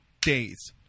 days